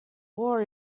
war